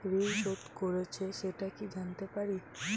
ঋণ শোধ করেছে সেটা কি জানতে পারি?